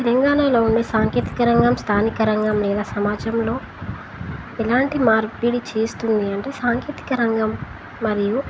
తెలంగాణలో ఉండే సాంకేతిక రంగం స్థానిక రంగం లేదా సమాజంలో ఎలాంటి మార్పీడి చేస్తుంది అంటే సాంకేతిక రంగం మరియు